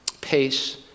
pace